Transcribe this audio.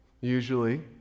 usually